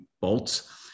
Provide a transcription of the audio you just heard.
bolts